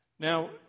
Now